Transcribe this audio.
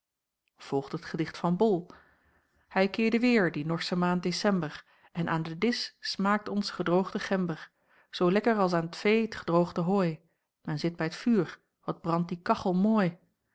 volgde het gedicht van bol hij keerde weêr die norsche maand december en aan den disch smaakt ons gedroogde gember zoo lekker als aan t vee t gedroogde hooi men zit bij t vuur wat brandt de kaehel mooi